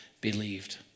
believed